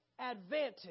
advantage